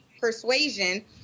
persuasion